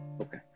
Okay